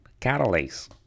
catalase